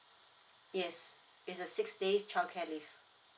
yes it's a six days childcare leave